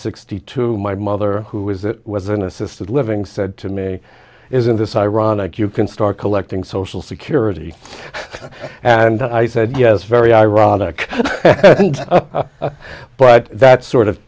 sixty two my mother who was it was an assisted living said to me isn't this ironic you can start collecting social security and i said yes very ironic but that sort of